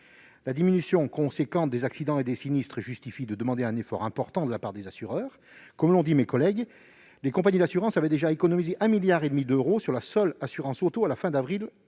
La diminution importante des accidents et des sinistres justifie de demander un effort important aux assureurs. Comme l'ont souligné mes collègues, les compagnies d'assurances avaient déjà économisé 1,5 milliard d'euros sur la seule assurance automobile à la fin du mois